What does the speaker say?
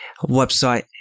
website